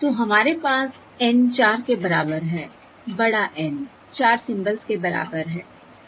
तो हमारे पास N चार के बराबर है बड़ा N चार सिंबल्स के बराबर है सही है